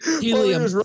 Helium